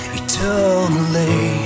eternally